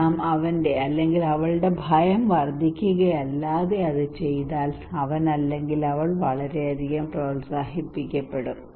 നാം അവന്റെ അല്ലെങ്കിൽ അവളുടെ ഭയം വർധിപ്പിക്കുകയല്ലാതെ അത് ചെയ്താൽ അവൻ അല്ലെങ്കിൽ അവൾ വളരെയധികം പ്രോത്സാഹിപ്പിക്കപ്പെടും